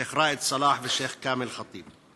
שיח' ראאד סלאח ושיח' כמאל ח'טיב.